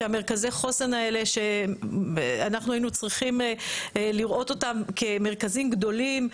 שמרכזי החוסן האלה שאנחנו היינו צריכים לראות אותם כמרכזים גדולים,